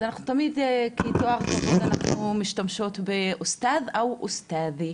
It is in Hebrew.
אז אנחנו תמיד כתואר כבוד אנחנו משתמשות בעוסטאד או עוסטאדי.